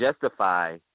justify